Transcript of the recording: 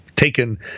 taken